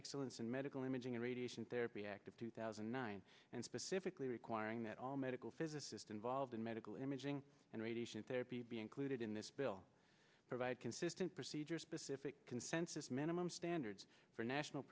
excellence in medical imaging and radiation therapy act of two thousand and nine and specifically requiring that all medical physicist involved in medical imaging and radiation therapy be included in this bill provide consistent procedure specific consensus minimum standards for national